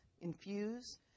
infuse